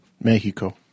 Mexico